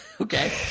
okay